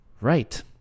Right